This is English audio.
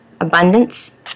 abundance